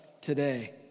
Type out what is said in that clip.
today